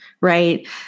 Right